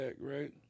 right